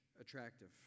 attractive